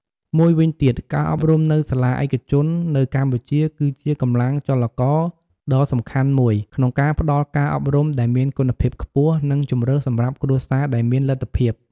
មួយវិញទៀត ការអប់រំនៅសាលាឯកជននៅកម្ពុជាគឺជាកម្លាំងចលករដ៏សំខាន់មួយក្នុងការផ្តល់ការអប់រំដែលមានគុណភាពខ្ពស់ និងជម្រើសសម្រាប់គ្រួសារដែលមានលទ្ធភាព។